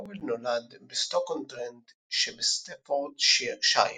האוול נולד בסטוק-און-טרנט שבסטפורדשייר.